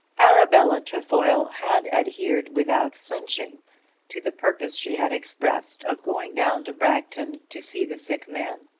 arabella trefoil had adhered without flinching to the purpose she had expressed of going down to bragton to see the sick man.